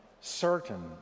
certain